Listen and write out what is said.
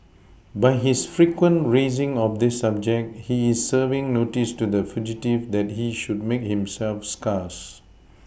by his frequent raising of this subject he is serving notice to the fugitive that he should make himself scarce